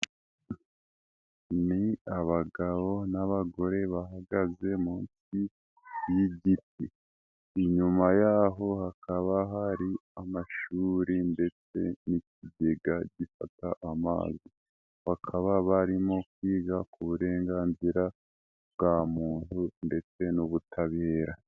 Ni abagabo n'abagore bahagaze munsi y'igiti, inyuma yaho hakaba hari amashuri ndetse n'ikigega gifata amazi, bakaba barimo kwiga ku burenganzira bwa muntu ndetse n'ubutabera.